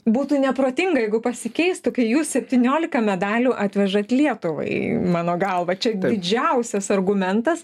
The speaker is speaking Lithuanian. būtų neprotinga jeigu pasikeistų kai jūs septyniolika medalių atvežat lietuvai mano galva čia didžiausias argumentas